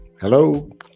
Hello